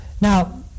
Now